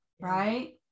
right